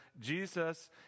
Jesus